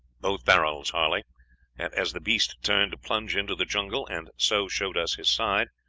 both barrels, harley and as the beast turned to plunge into the jungle, and so showed us his side,